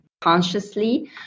consciously